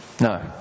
No